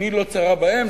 עיני לא צרה בהם,